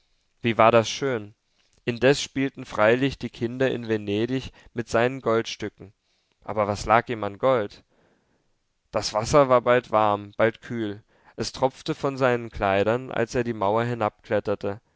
wie war das schön indes spielten freilich die kinder in venedig mit seinen goldstücken aber was lag ihm an gold das wasser war bald warm bald kühl es tropfte von seinen kleidern als er die mauer